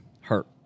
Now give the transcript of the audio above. Hurt